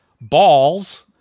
balls